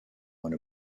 one